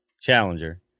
Challenger